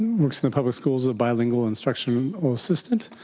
works in the public schools of bilingual instructional assistant